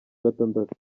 gatandatu